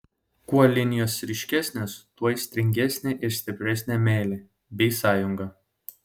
kuo linijos ryškesnės tuo aistringesnė ir stipresnė meilė bei sąjunga